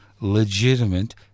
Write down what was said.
legitimate